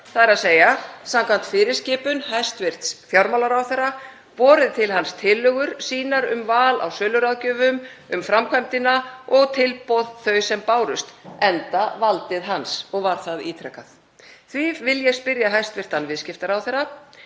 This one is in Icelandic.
við lög, þ.e. samkvæmt fyrirskipun hæstv. fjármálaráðherra, borið til hans tillögur sínar um val á söluráðgjöfum um framkvæmdina og tilboð þau sem bárust enda valdið hans, og var það ítrekað. Því vil ég spyrja hæstv. viðskiptaráðherra: